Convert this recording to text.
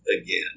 again